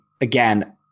again